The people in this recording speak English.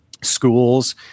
schools